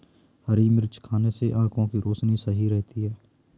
हरी मिर्च खाने से आँखों की रोशनी सही रहती है